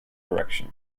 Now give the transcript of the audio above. direction